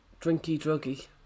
drinky-druggy